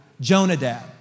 Jonadab